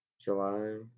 July